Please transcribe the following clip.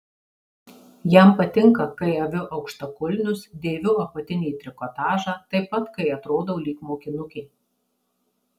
jam patinka kai aviu aukštakulnius dėviu apatinį trikotažą taip pat kai atrodau lyg mokinukė